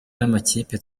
n’amakipe